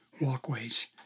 walkways